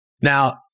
Now